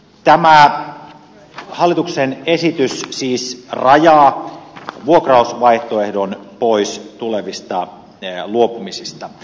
tämä hallituksen esitys siis rajaa vuokrausvaihtoehdon pois tulevista luopumisista